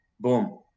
Boom